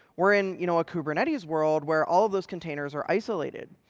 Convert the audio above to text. where, in you know a kubernetes world, where all those containers are isolated?